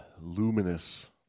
luminous